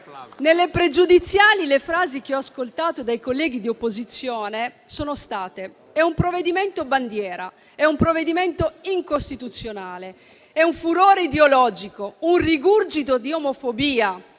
Nelle pregiudiziali, le frasi che ho ascoltato dai colleghi di opposizione sono state le seguenti: è un provvedimento bandiera; è un provvedimento incostituzionale; è un furore ideologico, un rigurgito di omofobia;